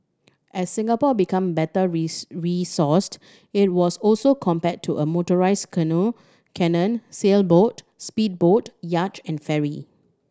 as Singapore become better resourced it was also compared to a motorised canoe sailboat speedboat yacht and ferry